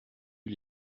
eut